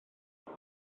beth